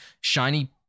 shiny